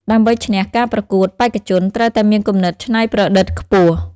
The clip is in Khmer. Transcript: ដើម្បីឈ្នះការប្រកួត បេក្ខជនត្រូវតែមានគំនិតច្នៃប្រឌិតខ្ពស់។